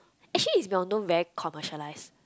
actually is well known very commercialise